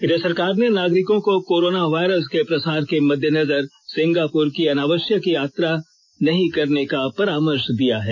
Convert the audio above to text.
इधर सरकार ने नागिरकों को कोरोना वायरस के प्रसार के मद्देनजर सिंगापुर की अनावश्यक यात्रा नहीं करने का परामर्श दिया है